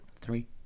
Three